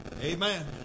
Amen